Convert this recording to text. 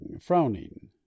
frowning